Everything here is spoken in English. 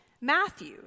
Matthew